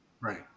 Right